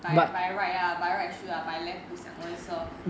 by by right lah by right should lah by left 不想我也是 lor